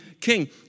king